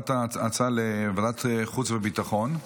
העברת ההצעה לוועדת החוץ והביטחון.